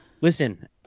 listen